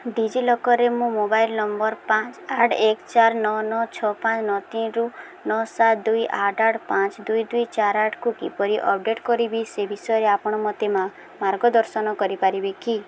ଡିଜିଲକର୍ରେ ମୋ mobile number ପାଞ୍ଚ ଆଠ ଏକେ ଚାରି ନଅ ନଅ ଛଅ ପାଞ୍ଚ ନଅ ତିନିରୁ ନଅ ସାତ ଦୁଇ ଆଠ ଆଠ ପାଞ୍ଚ ଦୁଇ ଦୁଇ ଆଠ କୁ କିପରି ଅପଡ଼େଟ୍ କରିବି ସେ ବିଷୟରେ ଆପଣ ମୋତେ ମାର୍ଗଦର୍ଶନ କରିପାରିବେ କି